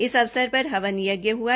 इस अवसर पर अवन यज्ञ हुआ